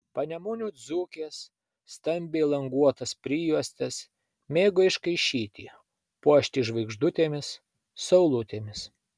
panemunių dzūkės stambiai languotas prijuostes mėgo iškaišyti puošti žvaigždutėmis saulutėmis